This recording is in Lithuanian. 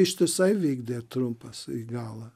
ištisai vykdė trumpas į galą